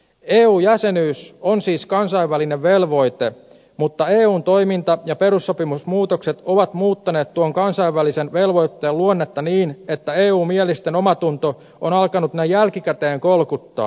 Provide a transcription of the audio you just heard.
eu jäsenyys on siis kansainvälinen velvoite mutta eun toiminta ja perussopimusmuutokset ovat muuttaneet tuon kansainvälisen velvoitteen luonnetta niin että eu mielisten omatunto on alkanut näin jälkikäteen kolkuttaa